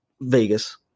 Vegas